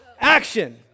action